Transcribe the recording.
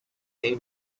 they